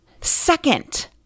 Second